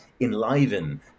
enliven